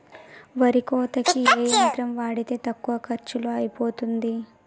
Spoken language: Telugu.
వరి కోతకి ఏ యంత్రం వాడితే తక్కువ ఖర్చులో అయిపోతుంది?